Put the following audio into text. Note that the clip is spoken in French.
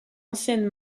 ancienne